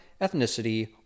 ethnicity